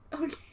Okay